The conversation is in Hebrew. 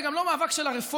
זה גם לא מאבק של הרפורמים,